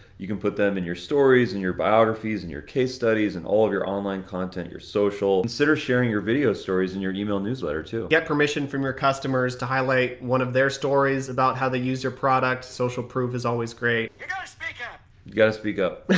you can put them in your stories, in your biographies, in your case studies, in all of your online content, your social. consider sharing your video stories in your email newsletter, too. get permission from your customers to highlight one of their stories about how they use your product. social proof is always great. you gotta speak up. you gotta speak up.